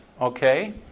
Okay